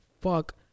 fuck